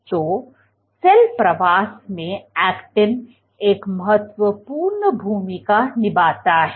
तो सेल प्रवास में एक्टिन एक महत्वपूर्ण भूमिका निभाता है